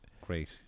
Great